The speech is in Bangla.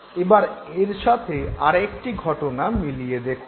এবার এর সাথে আর একটি ঘটনা মিলিয়ে দেখুন